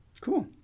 cool